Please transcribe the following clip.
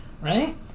right